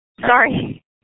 Sorry